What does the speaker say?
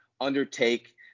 undertake